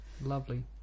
Lovely